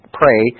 pray